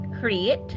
Create